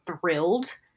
thrilled